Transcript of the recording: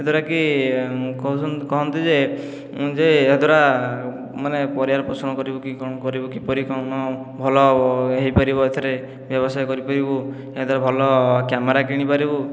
ଏହାଦ୍ୱାରା କି କହନ୍ତି ଯେ ଯେ ଏହା ଦ୍ୱାରା ମାନେ ପରିବାର ପୋଷଣ କରିବୁ କି କ'ଣ କରିବୁ କିପରି କ'ଣ ଭଲହୋଇପାରିବ ଏଥିରେ ବ୍ୟବସାୟ କରି ପାରିବୁ ଗୋଟିଏ ଭଲ କ୍ୟାମେରା କିଣିପାରିବୁ